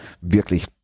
wirklich